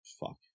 fuck